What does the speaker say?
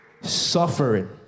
Suffering